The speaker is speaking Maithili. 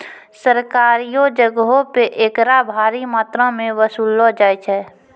सरकारियो जगहो पे एकरा भारी मात्रामे वसूललो जाय छै